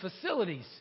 facilities